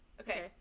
Okay